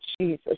Jesus